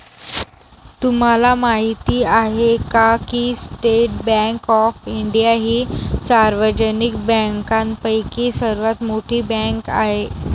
तुम्हाला माहिती आहे का की स्टेट बँक ऑफ इंडिया ही सार्वजनिक बँकांपैकी सर्वात मोठी बँक आहे